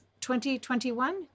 2021